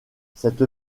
cette